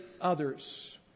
others